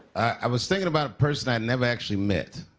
i was thinking about a person i never actually met.